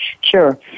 Sure